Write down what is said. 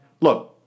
Look